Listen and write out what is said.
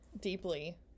Deeply